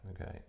okay